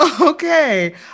Okay